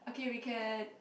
okay we can